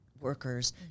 workers